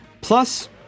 Plus